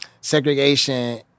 segregation